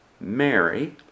Mary